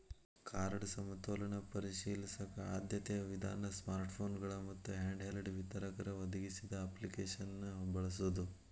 card ಸಮತೋಲನ ಪರಿಶೇಲಿಸಕ ಆದ್ಯತೆಯ ವಿಧಾನ ಸ್ಮಾರ್ಟ್ಫೋನ್ಗಳ ಮತ್ತ ಹ್ಯಾಂಡ್ಹೆಲ್ಡ್ ವಿತರಕರ ಒದಗಿಸಿದ ಅಪ್ಲಿಕೇಶನ್ನ ಬಳಸೋದ